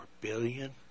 billion